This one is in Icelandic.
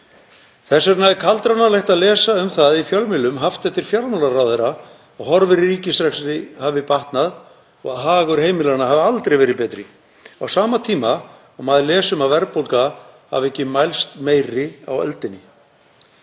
Þess vegna er kaldranalegt að lesa um það í fjölmiðlum, haft eftir fjármálaráðherra, að horfur í ríkisrekstri hafi batnað og hagur heimilanna hafi aldrei verið betri. Á sama tíma les maður um að verðbólga hafi ekki mælst meiri á öldinni.